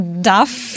duff